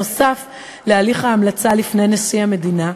נוסף על הליך ההמלצה לפני נשיא המדינה,